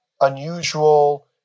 unusual